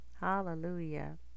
hallelujah